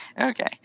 Okay